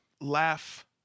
laugh